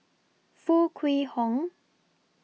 Foo Kwee Horng